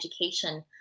education